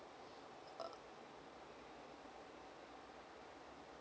uh